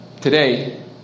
Today